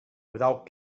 without